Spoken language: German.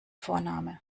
vorname